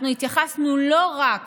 אנחנו התייחסנו לא רק